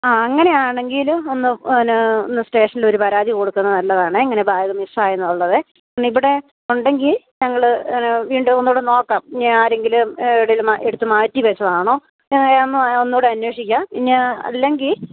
ആ അങ്ങനെയാണെങ്കിൽ ഒന്ന് പിന്നെ സ്റ്റേഷനിലൊരു പരാതി കൊടുക്കുന്നത് നല്ലതാണേ ഇങ്ങനെ ബാഗ് മിസ്സായെന്നുള്ളത് പിന്നെ ഇവിടെ ഉണ്ടെങ്കിൽ ഞങ്ങൾ വീണ്ടും ഒന്നും കൂടെ നോക്കാം ഇനി ആരെങ്കിലും എവിടേലും മ എടുത്ത് മാറ്റി വെച്ചതാണോ ഒന്ന് ഒന്നുംകൂടെ അന്വേഷിക്കാം പിന്നേ അല്ലെങ്കിൽ